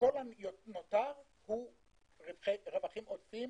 וכל הנותר הוא רווחים עודפים